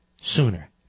sooner